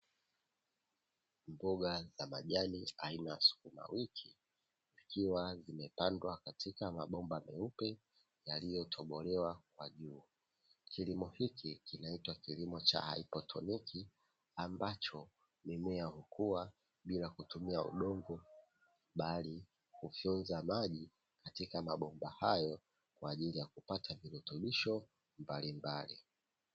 Mboga za majani aina ya sukumawiki zikiwa zimepandwa katika mabomba meupe yaliyotobolewa kwa juu. Kilimo hiki kinaitwa kilimo cha haidroponiki, ambacho mimea hukua bila kutumia udongo bali hufonza maji katika mabomba hayo, kwa ajili ya kupata virutubisho mbalimbali.